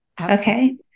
Okay